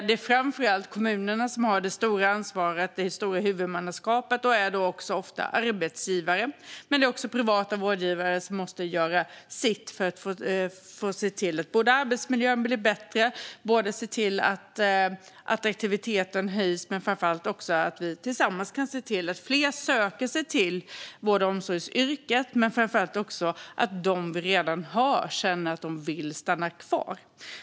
Det är framför allt kommunerna som har det stora ansvaret - det stora huvudmannaskapet - och som ofta är arbetsgivare, men även privata vårdgivare måste göra sitt för att se till att arbetsmiljön blir bättre och att attraktiviteten höjs. Det gäller att vi tillsammans ser till att fler söker sig till vård och omsorgsyrken och, framför allt, att de som redan arbetar där vill stanna kvar.